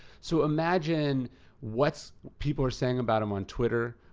so imagine what people are saying about him on twitter,